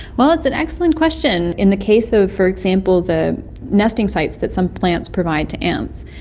well, it's an excellent question. in the case of for example the nesting sites that some plants provide to ants,